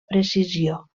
precisió